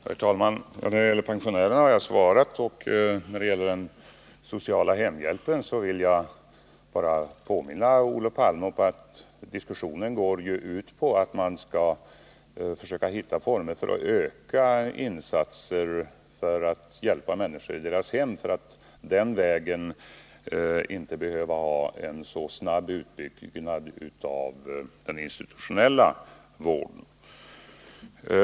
Herr talman! När det gäller pensionärerna har jag svarat, och när det gäller den sociala hemhjälpen vill jag bara påminna Olof Palme om att diskussionen går ut på att man skall försöka hitta former för att öka insatserna i syfte att hjälpa människor i deras hem, så att man inte behöver ha en så snabb utbyggnad av den institutionella vården.